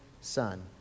Son